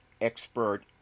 expert